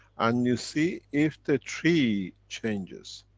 and you see if the tree changes.